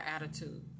attitude